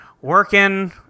working